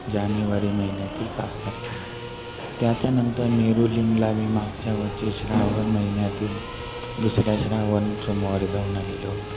जानेवारी महिन्यातील पाच तारखेला त्याच्यानंतर मेरुलिंगला मी मागच्या वर्षी श्रावण महिन्यातील दुसऱ्या श्रावण सोमवारी जाऊन आलेलो होतो